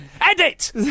Edit